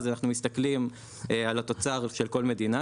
אז אנחנו מסתכלים על התוצר של כל מדינה,